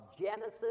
Genesis